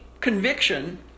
conviction